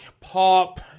pop